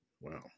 Wow